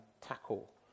tackle